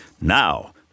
Now